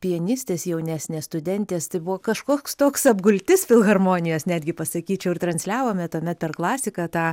pianistės jaunesnės studentės tai buvo kažkoks toks apgultis filharmonijos netgi pasakyčiau ir transliavome tuomet per klasiką tą